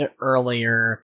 earlier